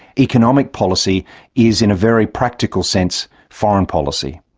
economic policy is, in a very practical sense, foreign policy.